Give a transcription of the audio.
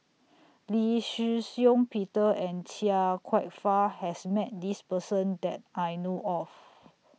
Lee Shih Shiong Peter and Chia Kwek Fah has Met This Person that I know of